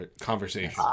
conversation